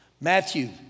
Matthew